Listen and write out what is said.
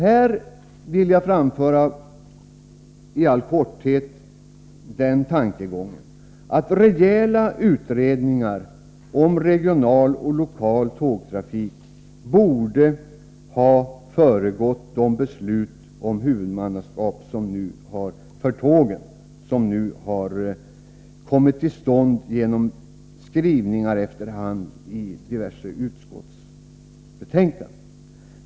Här vill jagi all korthet framföra tanken att rejäla utredningar om regional och lokal tågtrafik borde ha föregått de beslut om huvudmannaskap för tågen som nu har kommit till stånd genom skrivningar efterhand i diverse utskottsbetänkanden.